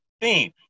theme